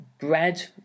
bread